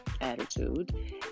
attitude